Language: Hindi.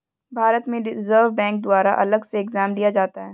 भारत में रिज़र्व बैंक द्वारा अलग से एग्जाम लिया जाता है